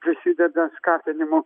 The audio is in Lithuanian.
prisideda skatinimu